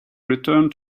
return